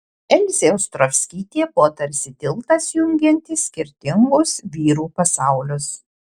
elzė ostrovskytė buvo tarsi tiltas jungiantis skirtingus vyrų pasaulius